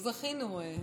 זכינו.